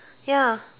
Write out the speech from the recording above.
ya